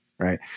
right